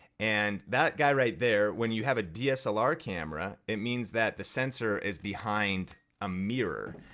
and that guy right there when you have a dslr camera, it means that the sensor is behind a mirror.